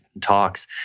talks